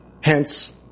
hence